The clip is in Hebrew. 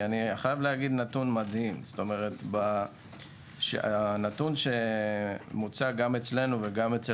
כי יש נתון מדהים הנתון שמוצג גם אצלנו וגם אצל